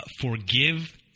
forgive